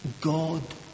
God